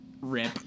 RIP